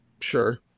Sure